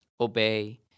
obey